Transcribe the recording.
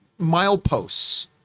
mileposts